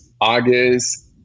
August